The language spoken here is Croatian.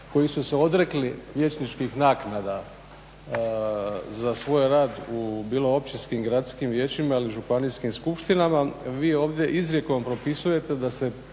koji su se odrekli vijećničkih naknada za svoj rad u bilo općinskim, gradskim vijećima ili županijskim skupštinama. Vi ovdje izrijekom propisujete da se